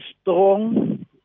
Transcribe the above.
strong